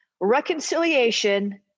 Reconciliation